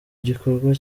gikorwa